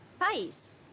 País